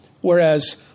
Whereas